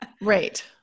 Right